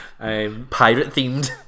Pirate-themed